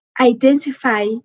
Identify